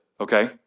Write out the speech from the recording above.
Okay